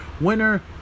winner